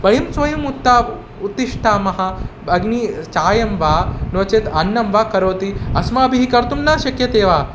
वयं स्वयं उत्ता उत्तिष्ठामः अग्नेः चायं वा नो चेत् अन्नं वा करोति अस्माभिः कर्तुं न शक्यते वा